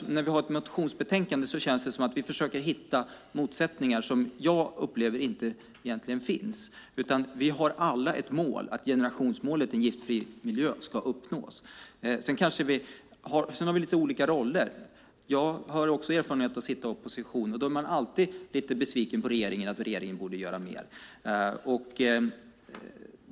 När vi behandlar ett motionsbetänkande känns det som om vi försöker hitta motsättningar som jag upplever inte finns egentligen. Vi har alla som mål att generationsmålet om en giftfri miljö ska uppnås. Sedan har vi olika roller. Jag har också erfarenhet av att sitta opposition. Då är man alltid lite besviken på regeringen och tycker att regeringen borde göra mer.